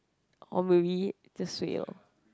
or maybe just suay lor